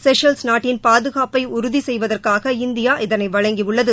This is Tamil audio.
செஷல்ஸ் நாட்டின் பாதுகாப்பை உறுதி செய்வதற்காக இந்தியா இதனை வழங்கியுள்ளது